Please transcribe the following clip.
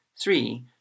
three